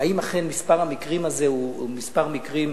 אם אכן מספר המקרים הזה הוא מספר מקרים